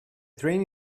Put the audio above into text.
train